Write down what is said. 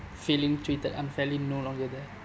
feeling treated unfairly no longer there